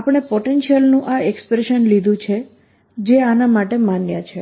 આપણે પોટેન્શિયલ નું આ એક્સપ્રેશન લીધું છે જે આના માટે માન્ય છે